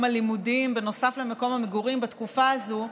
הלימודים בנוסף למקום המגורים בתקופה הזו,